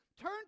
Turn